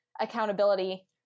accountability